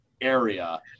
area